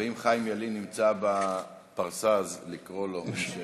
אם חיים ילין נמצא בפרסה, אז לקרוא לו.